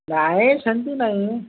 ନାଇ ସେମିତି ନାଇଁ